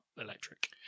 electric